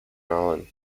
allen